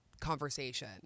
conversation